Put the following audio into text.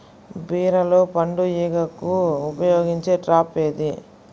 బీరలో పండు ఈగకు ఉపయోగించే ట్రాప్ ఏది?